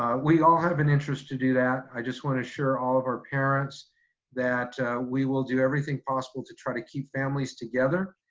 we all have an interest to do that. i just want to assure all of our parents that we will do everything possible to try to keep families together.